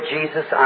Jesus